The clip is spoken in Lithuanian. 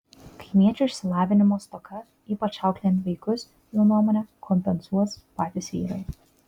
kaimiečių išsilavinimo stoką ypač auklėjant vaikus jo nuomone kompensuos patys vyrai